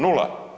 Nula.